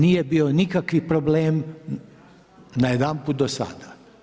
Nije bio nikakav problem najedanput do sada.